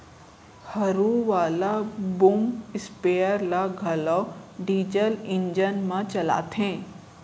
हरू वाला boom sprayer ल घलौ डीजल इंजन म चलाथें